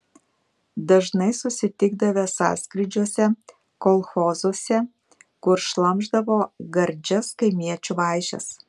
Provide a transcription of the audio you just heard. dažnai susitikdavę sąskrydžiuose kolchozuose kur šlamšdavo gardžias kaimiečių vaišes